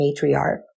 matriarch